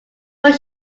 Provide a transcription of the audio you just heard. where